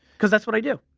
cause that's what i do.